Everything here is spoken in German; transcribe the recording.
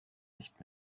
nicht